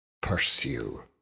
Pursue